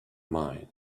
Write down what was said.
mind